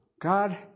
God